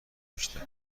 بیشتر